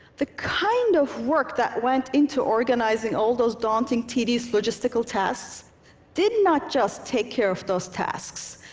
the kind of work that went into organizing all those daunting, tedious logistical tasks did not just take care of those tasks,